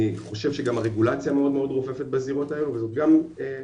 אני חושב שגם הרגולציה מאוד רופפת בזירות האלה וזאת גם סיטואציה